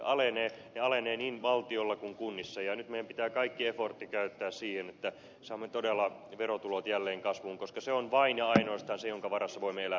ne alenevat niin valtiolla kuin kunnissakin ja nyt meidän pitää kaikki efortti käyttää siihen että saamme todella verotulot jälleen kasvuun koska se on vain ja ainoastaan se jonka varassa voimme elää